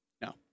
No